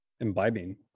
imbibing